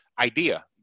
idea